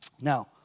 Now